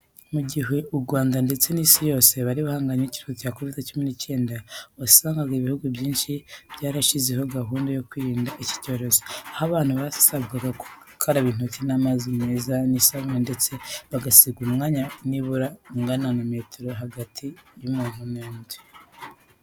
Mu gihe u Rwanda ndetse n'isi yose bari bahanganye n'icyorezo cya Kovide cumi n'icyenda, wasangaga ibihugu byinshi byarashyizeho gahunda yo kwirinda iki cyorezo, aho abantu basabwaga gukaraba intoki n'amazi meza n'isabune ndetse bagasiga umwanya nibura ungana na metero hagati y'umuntu n'undi.